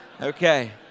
Okay